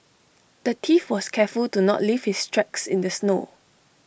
the thief was careful to not leave his tracks in the snow